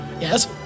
Yes